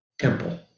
Temple